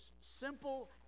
simple